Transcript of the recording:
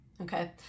okay